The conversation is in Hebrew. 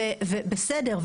בסדר.